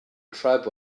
tribe